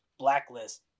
blacklist